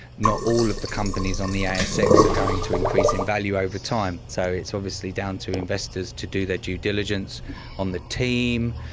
not all of the companies on the asx are going to increase in value over time, so it's obviously down to investors to do their due diligence on the team,